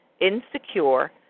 insecure